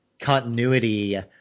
continuity